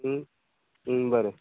बरें